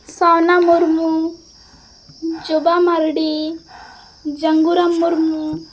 ᱥᱟᱣᱱᱟ ᱢᱩᱨᱢᱩ ᱡᱚᱵᱟ ᱢᱟᱨᱰᱤ ᱡᱟᱸᱜᱩᱨᱟᱢ ᱢᱩᱨᱢᱩ